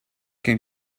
can